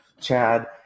Chad